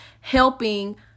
helping